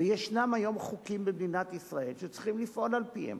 וישנם היום חוקים במדינת ישראל שצריכים לפעול על-פיהם.